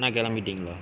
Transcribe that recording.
அண்ணா கிளம்பிட்டீங்களா